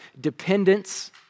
dependence